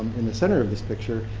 in the center of this picture,